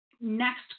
next